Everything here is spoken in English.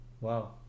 Wow